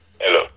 Hello